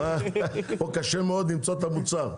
פה קשה מאוד למצוא את המוצר.